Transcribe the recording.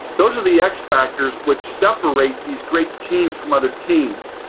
those are the x factors which separates these great teams from other teams.